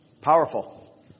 Powerful